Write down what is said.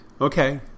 Okay